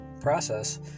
process